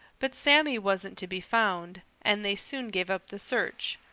but sammy wasn't to be found, and they soon gave up the search,